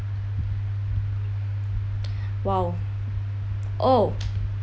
!wow! oh